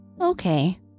Okay